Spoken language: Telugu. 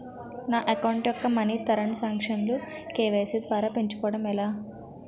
నా అకౌంట్ యెక్క మనీ తరణ్ సాంక్షన్ లు కే.వై.సీ ద్వారా పెంచుకోవడం ఎలా?